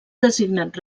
designat